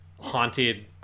haunted